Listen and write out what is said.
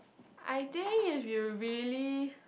I think if you really